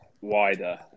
wider